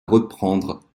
reprendre